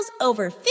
over